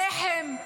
לחם.